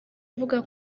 avuga